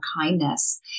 kindness